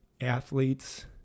athletes